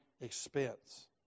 expense